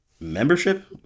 membership